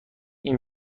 این